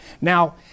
Now